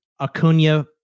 Acuna